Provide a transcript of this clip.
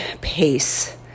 pace